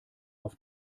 auf